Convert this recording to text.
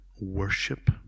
worship